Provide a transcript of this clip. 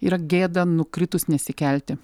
yra gėda nukritus nesikelti